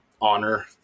honor